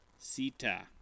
Sita